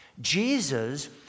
Jesus